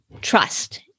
trust